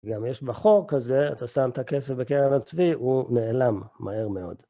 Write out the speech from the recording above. גם יש בה חור כזה, אתה שם את הכסף בקרן הצבי, הוא נעלם מהר מאוד.